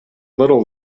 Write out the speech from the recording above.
little